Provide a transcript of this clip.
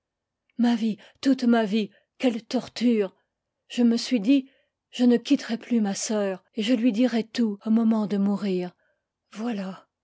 ma vie toute ma vie quelle torture je me suis dit je ne quitterai plus ma sœur et je lui dirai tout au moment de mourir voilà